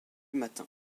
matin